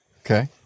Okay